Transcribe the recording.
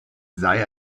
sei